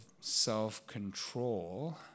self-control